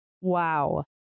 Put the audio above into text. Wow